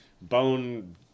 bone